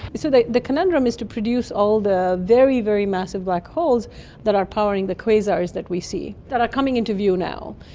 so the conundrum is to produce all the very, very massive black holes that are powering the quasars that we see that are coming into view now.